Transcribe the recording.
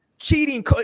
Cheating